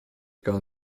gar